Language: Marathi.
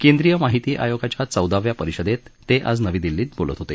केंद्रीय माहिती आयोगाच्या चौदाव्या परिषदेत ते नवी दिल्ली इथं बोलत होते